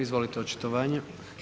Izvolite očitovanje.